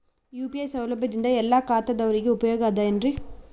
UPI ಸೌಲಭ್ಯದಿಂದ ಎಲ್ಲಾ ಖಾತಾದಾವರಿಗ ಉಪಯೋಗ ಅದ ಏನ್ರಿ?